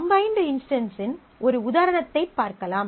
combined இன்ஸ்டன்ஸின் ஒரு உதாரணத்தைப் பார்க்கலாம்